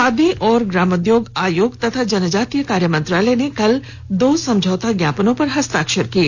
खादी और ग्रामोद्योग आयोग तथा जनजातीय कार्य मंत्रालय ने कल दो समझौता ज्ञापनों पर हस्ताक्षर किए